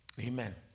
Amen